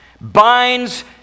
binds